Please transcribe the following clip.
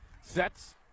sets